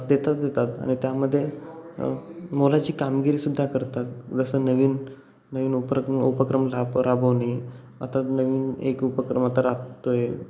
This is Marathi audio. देतात देतात आणि त्यामध्ये मोलाची कामगिरीसुद्धा करतात जसं नवीन नवीन उपक्रम उपक्रम राब राबवणे आता नवीन एक उपक्रम आता राबत आहे